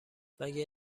مگه